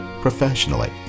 professionally